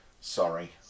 Sorry